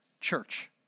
church